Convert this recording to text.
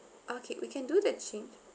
okay we can do the change